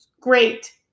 Great